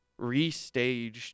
restaged